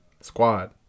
Squad